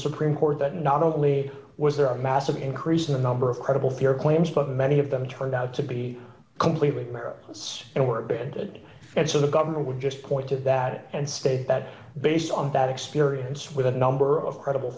supreme court that not only was there a massive increase in the number of credible fear claims but many of them turned out to be completely false and were beheaded and so the government would just point to that and state that based on that experience with a number of credible